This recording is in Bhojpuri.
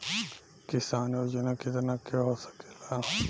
किसान योजना कितना के हो सकेला?